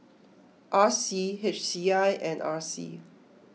R C H C I and R C